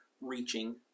reaching